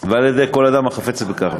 כל אדם החפץ בכך,